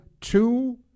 two